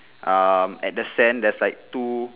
um at the sand there's like two